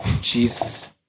Jesus